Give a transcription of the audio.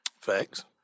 Facts